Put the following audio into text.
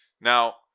Now